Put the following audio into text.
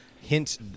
hint